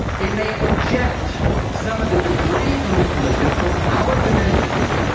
it may eject some of the debris from the collision from our dimensions,